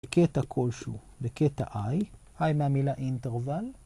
קטע כלשהו בקטע i, i מהמילה אינטרבל.